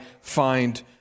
find